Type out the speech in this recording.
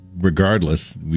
regardless